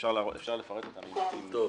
אפשר לפרט אותם אם תרצו.